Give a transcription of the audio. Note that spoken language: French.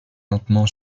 lentement